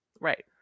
Right